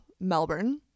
Melbourne